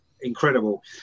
incredible